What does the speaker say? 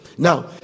Now